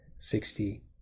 sixty